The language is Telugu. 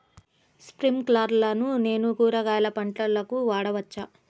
స్ప్రింక్లర్లను నేను కూరగాయల పంటలకు వాడవచ్చా?